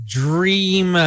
dream